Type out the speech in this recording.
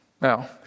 Now